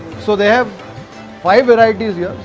so they have five varieties yeah